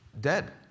dead